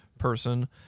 person